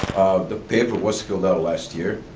the paper was filled out last year,